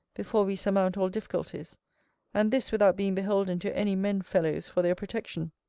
before we surmount all difficulties and this without being beholden to any men-fellows for their protection.